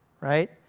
right